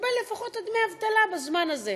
תקבל לפחות דמי אבטלה בזמן הזה.